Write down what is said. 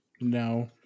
no